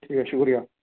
ٹھیک ہے شکریہ